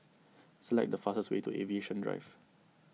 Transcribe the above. select the fastest way to Aviation Drive